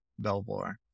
belvoir